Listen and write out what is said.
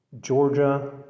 Georgia